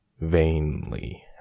Vainly